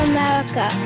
America